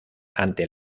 ante